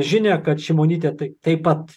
žinia kad šimonytė tai taip pat